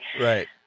Right